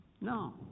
No